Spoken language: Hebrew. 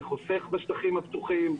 זה חוסך בשטחים הפתוחים,